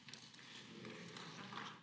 Hvala